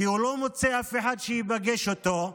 כי הוא לא מוצא אף אחד שייפגש איתו,